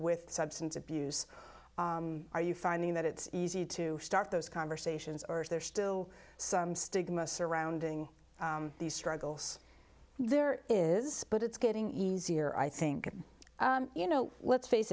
with substance abuse are you finding that it's easy to start those conversations or is there still some stigma surrounding these struggles there is but it's getting easier i think you know let's face